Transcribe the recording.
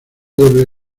doble